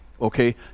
okay